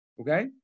Okay